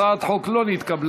הצעת החוק לא נתקבלה.